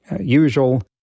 usual